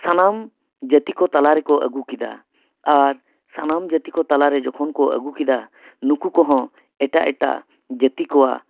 ᱥᱟᱱᱟᱢ ᱡᱟᱹᱛᱤ ᱠᱚ ᱛᱟᱞᱟ ᱨᱮᱠᱚ ᱟᱹᱜᱩ ᱠᱮᱫᱟ ᱟᱨ ᱥᱟᱱᱟᱢ ᱡᱟᱹᱛᱤ ᱠᱚ ᱛᱟᱞᱟᱨᱮ ᱡᱚᱠᱷᱚᱱ ᱠᱚ ᱟᱹᱜᱩ ᱠᱮᱫᱟ ᱱᱩᱠᱩ ᱠᱚᱦᱚᱸ ᱮᱴᱟᱜ ᱮᱟᱴᱟᱜ ᱡᱟᱹᱛᱤ ᱠᱚᱣᱟᱜ